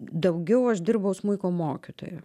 daugiau aš dirbau smuiko mokytoja